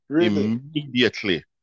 immediately